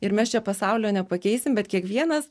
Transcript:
ir mes čia pasaulio nepakeisim bet kiekvienas